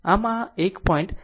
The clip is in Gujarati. આમ આ 1